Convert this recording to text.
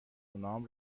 اونام